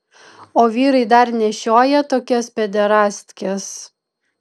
o vyrai dar nešioja tokias pederastkes